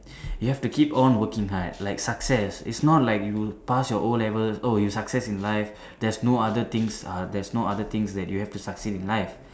you have to keep on working hard like success is not like you pass your O-levels oh you success in life theres no other things uh theres no other things you have to succeed in life